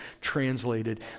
translated